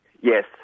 Yes